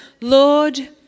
lord